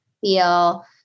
feel